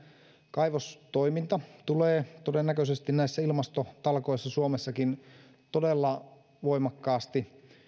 kaivostoiminta tulee todennäköisesti näissä ilmastotalkoissa suomessakin todella voimakkaasti